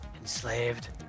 Enslaved